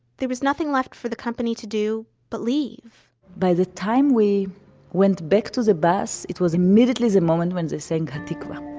there was nothing left for the company to do but leave by the time we went back to the bus, it was immediately the moment when they sang ha'tikva